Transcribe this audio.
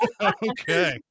Okay